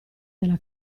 della